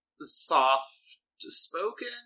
soft-spoken